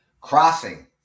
crossing